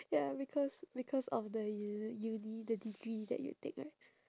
ya because because of the u~ uni the degree that you take right